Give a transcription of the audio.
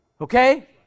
Okay